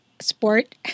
sport